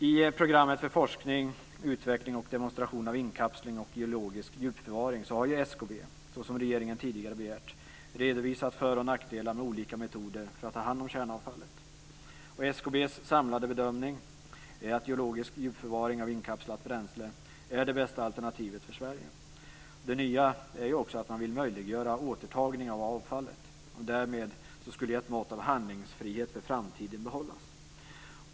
I programmet för forskning, utveckling och demonstration av inkapsling och geologisk djupförvaring har SKB, såsom regeringen tidigare begärt, redovisat för och nackdelar med olika metoder för att ta hand om kärnavfallet. SKB:s samlade bedömning är att geologisk djupförvaring av inkapslat bränsle är det bästa alternativet för Sverige. Det nya är att man vill möjliggöra återtagning av avfallet. Därmed skulle ett mått av handlingsfrihet inför framtiden behållas.